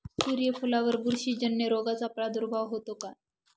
सूर्यफुलावर बुरशीजन्य रोगाचा प्रादुर्भाव होतो का?